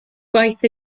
gwaith